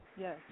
Yes